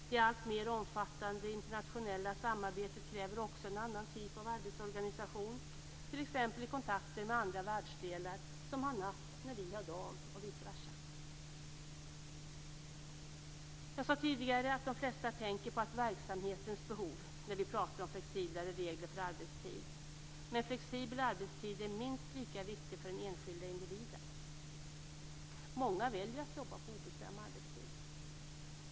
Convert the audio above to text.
Det alltmer omfattande internationella samarbetet kräver också en annan typ av arbetsorganisation, t.ex. i kontakter med andra världsdelar som har natt när vi har dag och vice versa. Jag sade tidigare att de flesta tänker på verksamhetens behov när vi pratar om flexiblare regler för arbetstid. Men flexibel arbetstid är minst lika viktig för den enskilda individen. Många väljer att jobba på obekväm arbetstid.